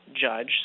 judge